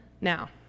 Now